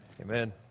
Amen